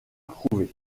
approuvés